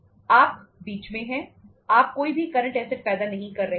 आप बीच में हैं आप कोई भी करंट ऐसेट पैदा नहीं कर रहे हैं